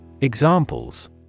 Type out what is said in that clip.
Examples